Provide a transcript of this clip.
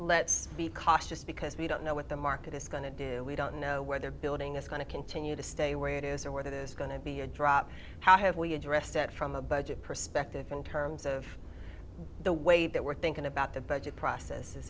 let's be cautious because we don't know what the market is going to do we don't know where their building is going to continue to stay where it is or where there's going to be a drop how have we addressed it from a budget perspective in terms of the way that we're thinking about the budget process